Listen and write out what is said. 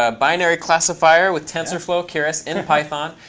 ah binary classifier with tensorflow, keras, and python.